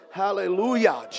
hallelujah